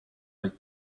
like